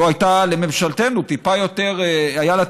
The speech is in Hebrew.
לו היה לממשלתנו טיפה יותר כבוד,